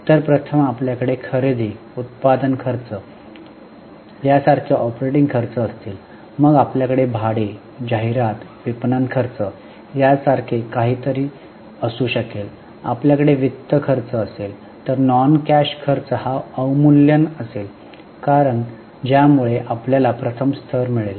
तर प्रथम आपल्याकडे खरेदी उत्पादन खर्च यासारखे ऑपरेटिंग खर्च असतील मग आपल्याकडे भाडे जाहिरात विपणन खर्च यासारखे काहीतरी असू शकेल आपल्याकडे वित्त खर्च असेल तर नॉन कॅश खर्च हा अवमूल्यन असेल ज्यामुळे आपल्याला प्रथम स्तर मिळेल